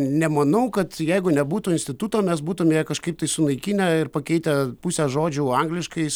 nemanau kad jeigu nebūtų instituto mes būtum ją kažkaip tai sunaikinę ir pakeitę pusę žodžių angliškais